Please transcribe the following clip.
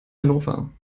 hannover